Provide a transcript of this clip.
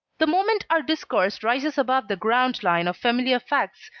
the moment our discourse rises above the ground line of familiar facts,